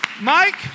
Mike